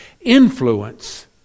influence